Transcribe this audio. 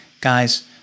guys